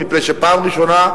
מפני שפעם ראשונה,